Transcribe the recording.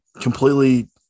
completely –